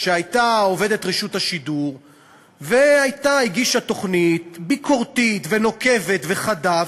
שהייתה עובדת רשות השידור והגישה תוכנית ביקורתית ונוקבת וחדה,